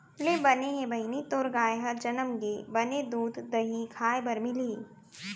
ले बने हे बहिनी तोर गाय ह जनम गे, बने दूद, दही खाय बर मिलही